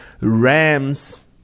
Rams